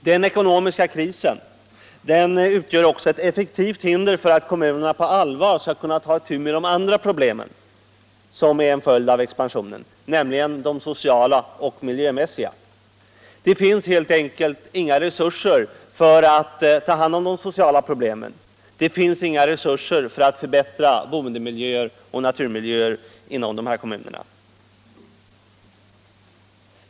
Den ekonomiska krisen utgör också ett effektivt hinder för att kommunerna på allvar skall kunna ta itu med de andra problemen, som är en följd av expansionen, nämligen de sociala och miljömässiga. Det finns helt enkelt inga resurser för att ta hand om de sociala problemen, det finns inga resurser för att förbättra boendemiljöer och naturmiljöer inom dessa kommuner.